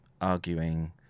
arguing